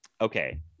Okay